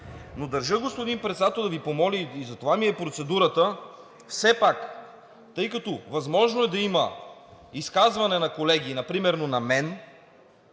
Но държа, господин Председател, да Ви помоля и затова ми е процедурата все пак, тъй като възможно е да има изказване на колеги, примерно на мен